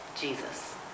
Jesus